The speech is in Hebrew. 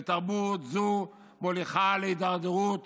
ותרבות זו מוליכה להידרדרות